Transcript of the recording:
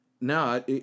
no